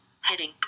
Heading